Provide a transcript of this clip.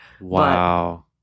Wow